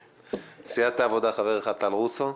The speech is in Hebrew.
סיעת העבודה, חבר אחד: טל רוסו,